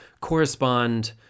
correspond